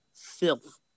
filth